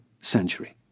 century